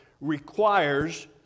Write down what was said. requires